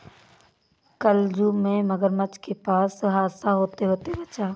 कल जू में मगरमच्छ के पास हादसा होते होते बचा